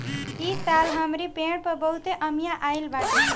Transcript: इस साल हमरी पेड़ पर बहुते अमिया आइल बाटे